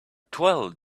twelve